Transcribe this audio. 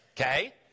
Okay